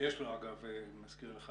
שיש לו אגב מזכיר אחד,